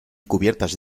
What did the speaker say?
cubiertas